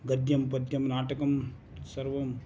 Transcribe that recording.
गद्यं पद्यं नाटकं सर्वं